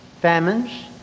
Famines